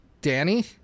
Danny